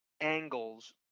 angles